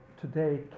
today